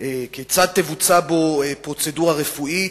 כיצד תבוצע בו פרוצדורה רפואית,